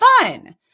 fun